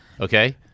Okay